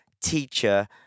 teacher